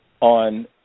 on